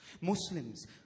Muslims